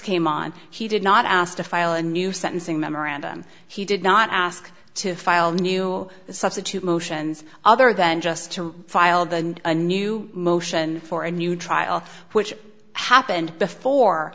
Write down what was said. came on he did not ask to file a new sentencing memorandum he did not ask to file new substitute motions other than just to file the a new motion for a new trial which happened before